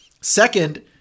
Second